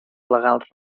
legals